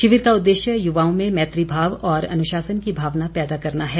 शिविर का उद्देश्य युवाओं में मैत्रीभाव और अनुशासन की भावना पैदा करना है